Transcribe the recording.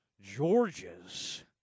george's